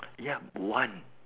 yup one